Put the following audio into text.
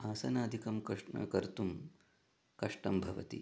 असनादिकं कष् कर्तुं कष्टं भवति